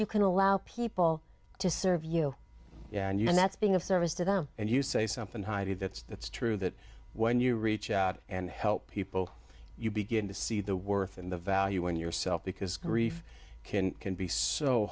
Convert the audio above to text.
you can allow people to serve you and you know that's being of service to them and you say something heidi that it's true that when you reach out and help people you begin to see the worth and the value in yourself because grief can can be so